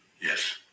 Yes